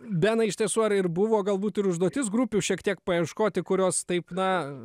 benai iš tiesų ar ir buvo galbūt ir užduotis grupių šiek tiek paieškoti kurios taip na